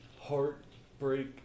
Heartbreak